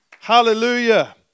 Hallelujah